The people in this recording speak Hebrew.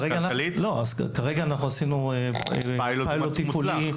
כרגע עשינו פיילוט תפעולי.